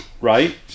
right